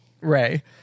ray